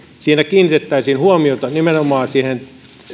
siinä kiinnitettäisiin huomiota nimenomaan siihen